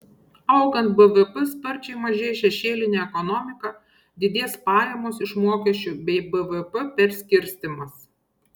augant bvp sparčiai mažės šešėlinė ekonomika didės pajamos iš mokesčių bei bvp perskirstymas